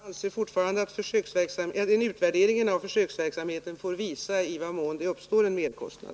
Herr talman! Jag anser fortfarande att utvärderingen av försöksverksamheten får visa i vad män det uppstår en merkostnad.